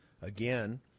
Again